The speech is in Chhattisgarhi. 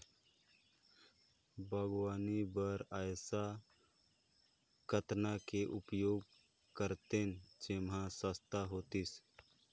बागवानी बर ऐसा कतना के उपयोग करतेन जेमन सस्ता होतीस?